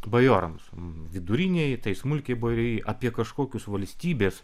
bajorams viduriniajai tai smulkiai bajorijai apie kažkokius valstybės